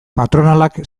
patronalak